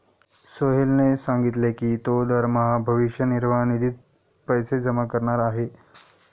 सोहेलने सांगितले की तो दरमहा भविष्य निर्वाह निधीत पैसे जमा करणार आहे